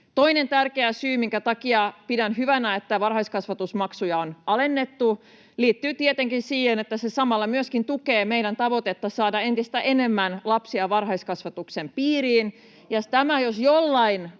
Toinen tärkeä syy, minkä takia pidän hyvänä, että varhaiskasvatusmaksuja on alennettu, liittyy tietenkin siihen, että se samalla myöskin tukee meidän tavoitetta saada entistä enemmän lapsia varhaiskasvatuksen piiriin. [Ben Zyskowicz: